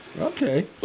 Okay